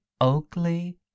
Oakley